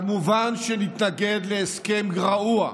כמובן שנתנגד להסכם רעוע,